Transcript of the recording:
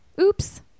Oops